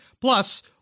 Plus